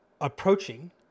approaching